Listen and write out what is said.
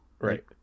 Right